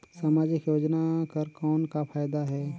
समाजिक योजना कर कौन का फायदा है?